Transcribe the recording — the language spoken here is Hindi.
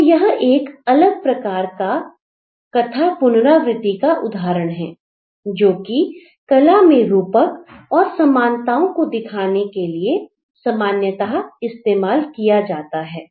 तो यह एक अलग प्रकार का कथा पुनरावृति का उदाहरण है जोकि कला में रूपक और समानता ओं को दिखाने के लिए सामान्यतः इस्तेमाल किया जाता है